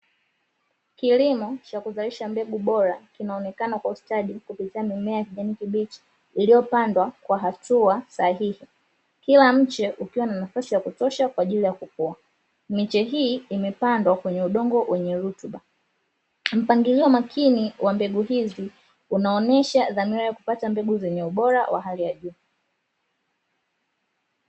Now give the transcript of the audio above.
Kilimo cha kuzalisha mbegu bora kinaonekana kwa ustadi kupitia mmea ya kijani kibichi, iliyopandwa kwa hatua sahihi. Kila mche ukiwa na nafasi ya kutosha kwa ajili ya kukua. Miche hii imepandwa kwenye udongo wenye rutuba. Mpanglio makini wa mbegu hizi unaonyesha dhamira ya kupata mbegu zenye ubora wa hali ya juu.